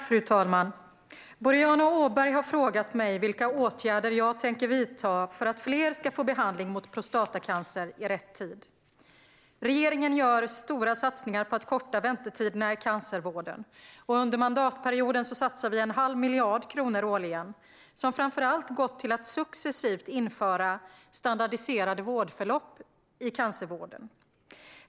Fru talman! Boriana Åberg har frågat mig vilka åtgärder jag tänker vidta för att fler ska få behandling mot prostatacancer i rätt tid. Regeringen gör stora satsningar på att korta väntetiderna i cancervården. Under mandatperioden har vi satsat en halv miljard kronor årligen. De pengarna har framför allt gått till att successivt införa standardiserade vårdförlopp i cancervården.